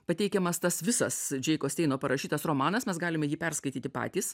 pateikiamas tas visas džeiko steino parašytas romanas mes galime jį perskaityti patys